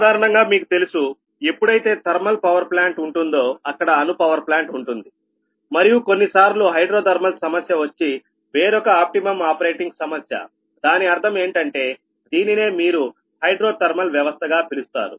సాధారణంగా మీకు తెలుసు ఎప్పుడైతే థర్మల్ పవర్ ప్లాంట్ ఉంటుందో అక్కడ అణు పవర్ ప్లాంట్ ఉంటుంది మరియు కొన్నిసార్లు హైడ్రోథర్మల్ సమస్య వచ్చి వేరొక ఆప్టిమమ్ ఆపరేటింగ్ సమస్య దాని అర్థం ఏంటంటే దీనినే మీరు హైడ్రోథర్మల్ వ్యవస్థ గా పిలుస్తారు